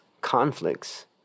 conflicts